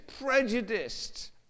prejudiced